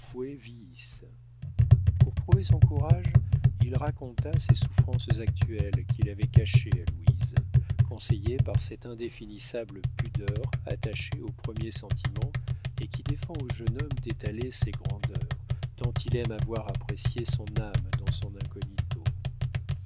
pour prouver son courage il raconta ses souffrances actuelles qu'il avait cachées à louise conseillé par cette indéfinissable pudeur attachée aux premiers sentiments et qui défend au jeune homme d'étaler ses grandeurs tant il aime à voir apprécier son âme dans son incognito